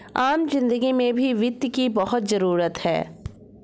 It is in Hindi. आम जिन्दगी में भी वित्त की बहुत जरूरत है